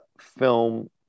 film